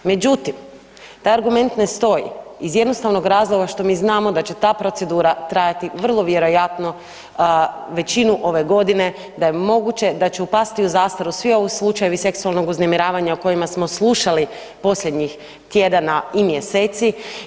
Međutim, taj argument ne stoji iz jednostavnog razloga što mi znamo da će ta procedura trajati vrlo vjerojatno većinu ove godine, da je moguće da će pasti u zastaru svi ovi slučajevi seksualnog uznemiravanja o kojima smo slušali posljednjih tjedana i mjeseci.